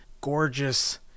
gorgeous